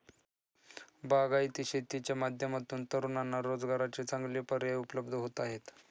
बागायती शेतीच्या माध्यमातून तरुणांना रोजगाराचे चांगले पर्याय उपलब्ध होत आहेत